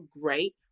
great